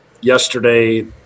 yesterday